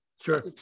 Sure